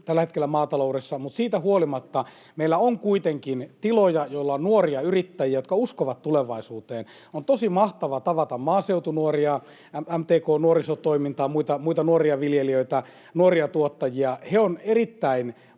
tällä hetkellä maataloudessa — niin siitä huolimatta meillä on kuitenkin tiloja, joilla on nuoria yrittäjiä, jotka uskovat tulevaisuuteen. On tosi mahtavaa tavata maaseutunuoria — MTK:n nuorisotoimintaa — muita nuoria viljelijöitä, nuoria tuottajia. He ovat erittäin